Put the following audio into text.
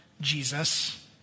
Jesus